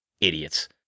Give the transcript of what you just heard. Idiots